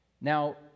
Now